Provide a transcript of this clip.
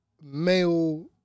male